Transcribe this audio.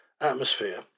atmosphere